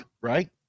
Right